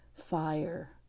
fire